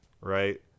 right